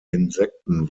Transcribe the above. insekten